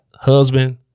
husband